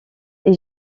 est